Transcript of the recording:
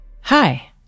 Hi